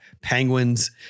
Penguins